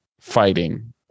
fighting